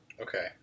Okay